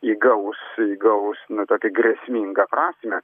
įgaus gaus na tokią grėsmingą prasmę